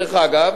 דרך אגב,